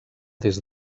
des